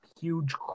huge